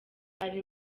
ari